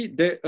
de